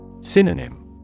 Synonym